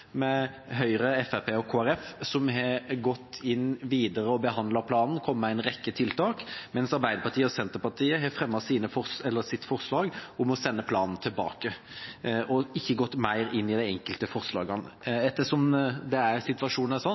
– Høyre, Fremskrittspartiet og Kristelig Folkeparti har gått videre og behandlet planen og kommet med en rekke tiltak, mens Arbeiderpartiet og Senterpartiet har fremmet forslag om å sende planen tilbake og ikke gått mer inn i de enkelte forslagene. Ettersom situasjonen er sånn,